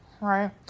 Right